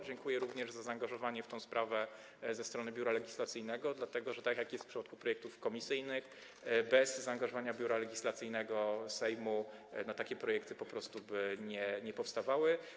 Dziękuję również za zaangażowanie w tę sprawę ze strony Biura Legislacyjnego, dlatego że - tak jest w przypadku projektów komisyjnych - bez zaangażowania Biura Legislacyjnego Sejmu takie projekty po prostu by nie powstawały.